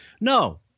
No